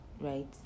right